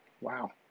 wow